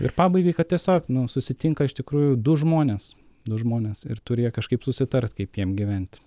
ir pabaigai kad tiesiog nu susitinka iš tikrųjų du žmonės du žmonės ir turi jie kažkaip susitart kaip jiem gyvent